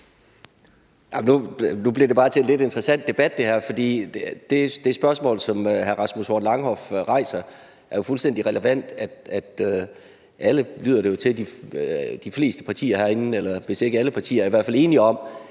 Nu bliver det bare til en lidt interessant debat, det her, for det spørgsmål, som hr. Rasmus Horn Langhoff rejser, er jo fuldstændig relevant. Alle partier, lyder det jo til – i hvert fald de fleste partier, hvis ikke alle partier – er i hvert fald enige om,